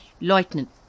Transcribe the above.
lieutenant